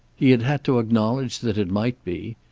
he had had to acknowledge that it might be.